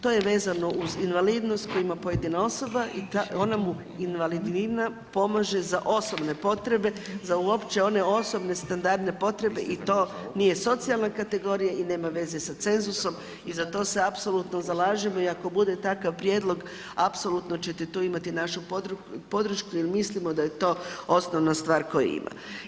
To je vezano uz invalidnost koju ima pojedina osoba i ona mu invalidnina pomaže za osobne potrebe, za uopće one osobne standardne potrebe i to nije socijalna kategorija i nema veze sa cenzusom i za to se apsolutno zalažem i ako bude takav prijedlog apsolutno ćete tu imati našu podršku jer mislimo da je to osnovna stvar koju ima.